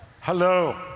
Hello